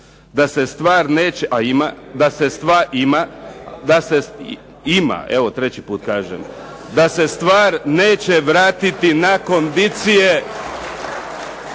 Da se stvar neće vratiti na kondicije